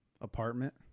apartment